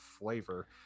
flavor